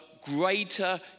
greater